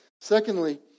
Secondly